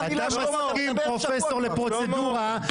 פרופסור לפרוצדורה,